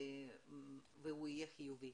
והוא יהיה חיובי.